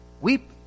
weep